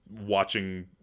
watching